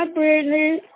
ah brittany